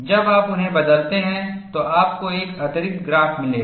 जब आप उन्हें बदलते हैं तो आपको एक अतिरिक्त ग्राफ़ मिलेगा